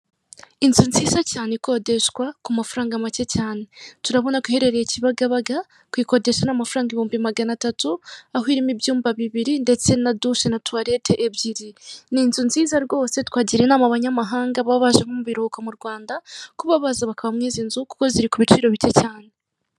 Inzu nziza cyane ikodeshwa, ku mafaranga make cyane, turabona ko iherereye Kibagabaga, kuyikodesha ni amafaranga ibihumbi magana atatu, aho irimo inyuma biriri ndetse na dushe na tuwarete ebyiri, ni inzu nziza rwose, twagira inama abanyamahanga baba baje nko mu biruhuko mu Rwanda kuba baza bakaba mu izi nzu kuko ziri ku biciro bike cyane.